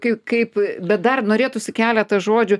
kaip kaip bet dar norėtųsi keletą žodžių